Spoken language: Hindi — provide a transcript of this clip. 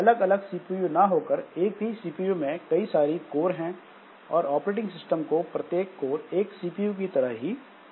अलग अलग सीपीयू ना होकर एक ही सीपीयू में कई सारी कोर हैं और ऑपरेटिंग सिस्टम को प्रत्येक कोर एक सीपीयू की तरह लगती है